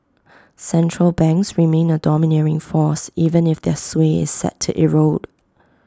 central banks remain A domineering force even if their sway is set to erode